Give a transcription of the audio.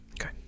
Okay